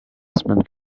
semaine